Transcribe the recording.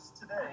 today